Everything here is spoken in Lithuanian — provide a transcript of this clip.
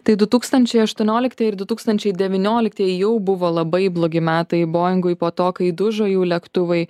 tai du tūkstančiai aštuoniolikti ir du tūkstančiai devynioliktieji jau buvo labai blogi metai bojingui po to kai dužo jų lėktuvai